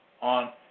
on